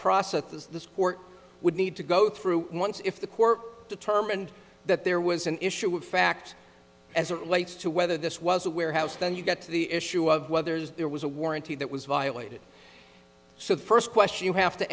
process the court would need to go through once if the court determined that there was an issue of fact as it relates to whether this was a warehouse then you get to the issue of whether there was a warranty that was violated so the first question you have to